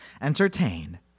entertain